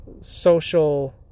social